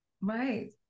Right